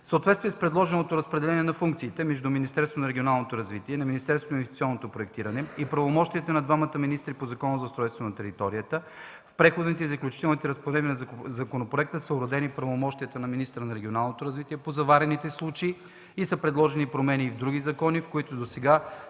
съответствие с предложеното разпределение на функциите между Министерството на регионалното развитие и на Министерството на инвестиционното проектиране и правомощията на двамата министри по Закона за устройство на територията, в преходните и заключителни разпоредби на законопроекта са уредени правомощията на министъра на регионалното развитие по заварените случаи и са предложени промени и в други закони, в които досега